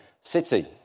city